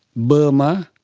burma,